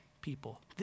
people